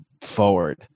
forward